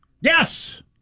Yes